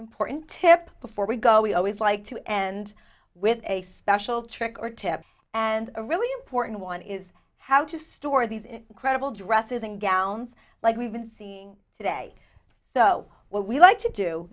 important tip before we go we always like to end with a special trick or tip and a really important one is how to store these incredible dresses and gowns like we've been seeing today so what we like to do